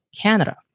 Canada